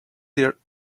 their